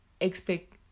expect